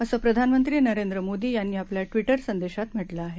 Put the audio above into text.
असं प्रधानमंत्री नरेंद्र मोदी यांनी आपल्या ट्विटर संदेशांत म्हटलं आहे